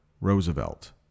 roosevelt